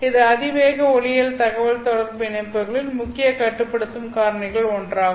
இது அதிவேக ஒளியியல் தகவல்தொடர்பு இணைப்புகளில் முக்கிய கட்டுப்படுத்தும் காரணிகளில் ஒன்றாகும்